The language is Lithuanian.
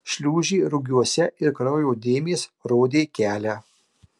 šliūžė rugiuose ir kraujo dėmės rodė kelią